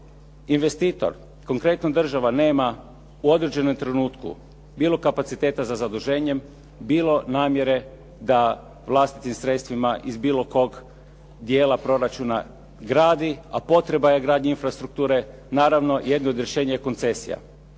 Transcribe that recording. investitor, konkretno država nema u određenom trenutku bilo kapaciteta za zaduženjem, bilo namjere da vlastitim sredstvima iz bilo kog dijela proračuna gradi, a potreba je gradnje infrastrukture. Naravno od rješenja je koncesija.